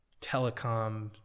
telecom